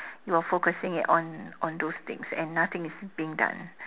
you're focusing it on on those things and nothing is being done